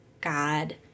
God